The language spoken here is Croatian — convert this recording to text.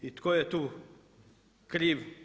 I tko je tu kriv?